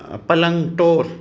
पलंग टोड़